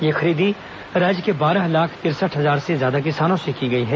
यह खरीदी राज्य के बारह लाख तिरसठ हजार से ज्यादा किसानों से की गई है